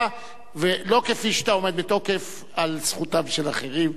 לא כפי שאתה עומד בתוקף על זכותם של אחרים,